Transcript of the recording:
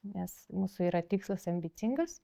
nes mūsų yra tikslas ambicingas